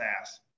ass